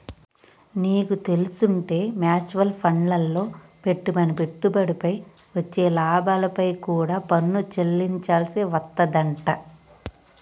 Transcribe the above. నీకు తెల్సుంటే మ్యూచవల్ ఫండ్లల్లో పెట్టిన పెట్టుబడిపై వచ్చే లాభాలపై కూడా పన్ను చెల్లించాల్సి వత్తదంట